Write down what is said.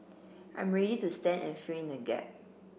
I'm ready to stand and fill in the gap